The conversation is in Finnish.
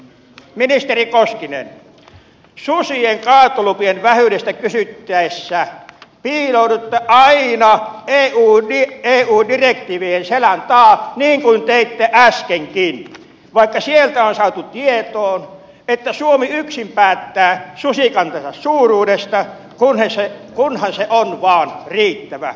ministeri koskinen susien kaatolupien vähyydestä kysyttäessä piiloudutte aina eu direktiivien selän taa niin kuin teitte äskenkin vaikka sieltä on saatu tietoon että suomi yksin päättää susikantansa suuruudesta kunhan se vain on riittävä